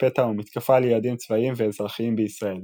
פתע ומתקפה על יעדים צבאיים ואזרחיים בישראל –